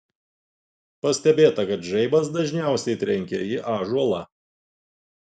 pastebėta kad žaibas dažniausiai trenkia į ąžuolą